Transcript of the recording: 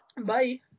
Bye